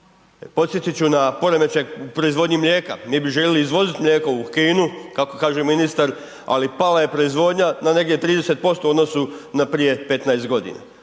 Podsjetit ću na poremećaj u proizvodnji mlijeka, mi bi željeli izvozit mlijeko u Kinu, kako kaže ministar, ali pala je proizvodnja na negdje 30% u odnosu na prije 15.g., a